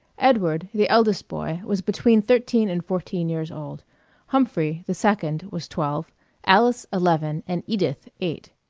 edward, the eldest boy, was between thirteen and fourteen years old humphrey, the second, was twelve alice, eleven and edith, eight.